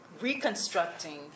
reconstructing